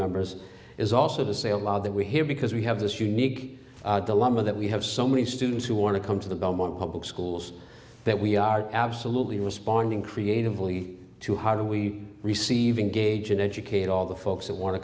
remembers is also to say allow that we're here because we have this unique dilemma that we have so many students who want to come to the government public schools that we are absolutely responding creatively to how do we receive in gauge and educate all the folks that want to